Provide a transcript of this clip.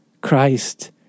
Christ